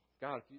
God